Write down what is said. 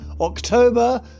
October